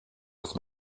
ist